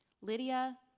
Lydia